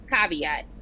caveat